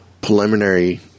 preliminary